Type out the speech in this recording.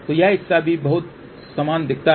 तो यह हिस्सा भी बहुत समान दिखता है